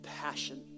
passion